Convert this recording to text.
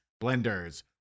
Blenders